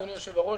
אדוני היושב-ראש,